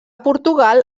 portugal